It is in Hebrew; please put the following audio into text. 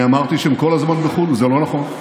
אני אמרתי שהם כל הזמן בחו"ל, וזה לא נכון.